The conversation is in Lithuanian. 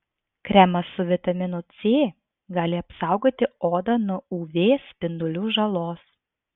kremas su vitaminu c gali apsaugoti odą nuo uv spindulių žalos